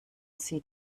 sie